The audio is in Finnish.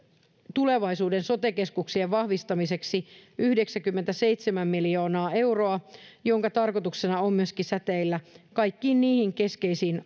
tulevaisuuden sote keskuksien vahvistamiseksi yhdeksänkymmentäseitsemän miljoonaa euroa jonka tarkoituksena on myöskin säteillä kaikkiin niihin keskeisiin